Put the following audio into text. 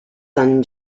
son